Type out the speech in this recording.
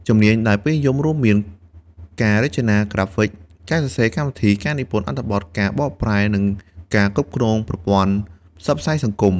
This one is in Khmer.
ជំនាញដែលពេញនិយមរួមមាន ការរចនាក្រាហ្វិក ការសរសេរកម្មវិធី ការនិពន្ធអត្ថបទ ការបកប្រែ និងការគ្រប់គ្រងប្រព័ន្ធផ្សព្វផ្សាយសង្គម។